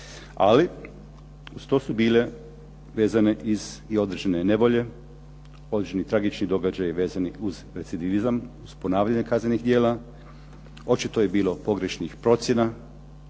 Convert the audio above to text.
Ali uz to su bile vezane i određene nevolje, određeni tragični događaji vezani uz …/Govornik se ne razumije./…, uz ponavljanje kaznenih djela. Očito je bilo pogrešnih procjena,